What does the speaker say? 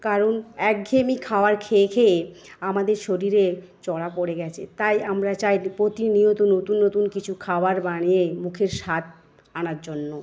কারণ একঘেয়েমি খাওয়ার খেয়ে খেয়ে আমাদের শরীরে চড়া পরে গেছে তাই আমরা চাই প্রতিনিয়ত নতুন নতুন কিছু খাবার বানিয়ে মুখের স্বাদ আনার জন্য